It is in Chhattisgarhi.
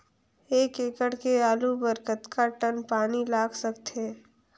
एक एकड़ के आलू बर कतका टन पानी लाग सकथे?